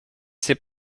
sais